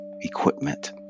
equipment